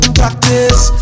practice